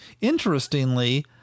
Interestingly